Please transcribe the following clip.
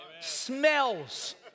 Smells